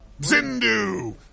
Zindu